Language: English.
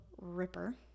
Ripper